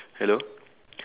hello